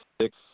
six